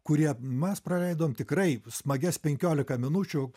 kurie mes praleidom tikrai smagias penkiolika minučių